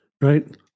right